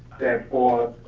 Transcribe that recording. therefore,